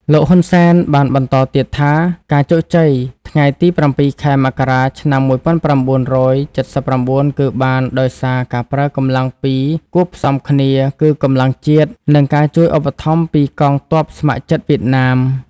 លោក ហ៊ុន សែន បានបន្តទៀតថា ការជោគជ័យថ្ងៃទី៧ ខែ មករា ឆ្នាំ ១៩៧៩ គឺបានដោយសារការប្រើកម្លាំងពីរគូបផ្សំគ្នាគឺ កម្លាំងជាតិ និងការជួយឧបត្ថម្ភពីកងទ័ពស្ម័គ្រចិត្តវៀតណាម។